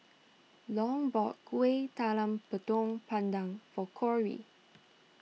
Long bought Kuih Talam Tepong Pandan for Corrie